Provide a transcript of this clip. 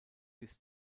bis